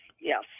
Yes